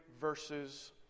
verses